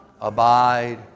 abide